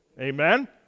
amen